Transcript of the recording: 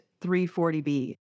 340B